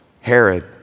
Herod